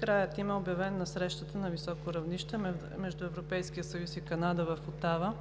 Краят им е обявен на срещата на високо равнище между Европейския съюз и Канада в Отава